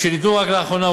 שניתנו רק לאחרונה,